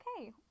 okay